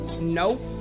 Nope